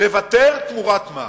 לוותר תמורת מה?